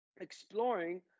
exploring